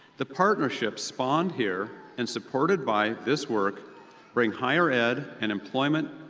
the partnerships spawned here and supported by this work bring higher ed and employment,